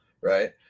right